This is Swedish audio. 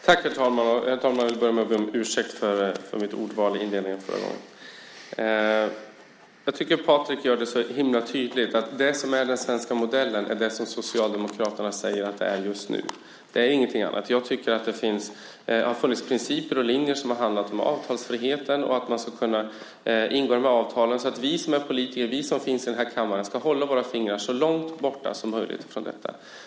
Herr talman! Jag vill börja med att be om ursäkt för mitt ordval i inledningen förra gången. Jag tycker att Patrik gör det så himla tydligt: Den svenska modellen är det som Socialdemokraterna just nu säger att det är, ingenting annat. Det har funnits principer och linjer som har handlat om avtalsfriheten och att kunna ingå avtal, så att vi som är politiker och finns i den här kammaren ska hålla våra fingrar så långt borta som möjligt från detta.